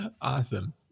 Awesome